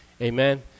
amen